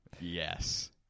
yes